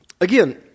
again